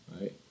Right